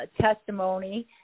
testimony